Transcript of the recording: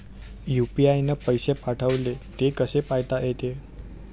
UPI न पैसे पाठवले, ते कसे पायता येते?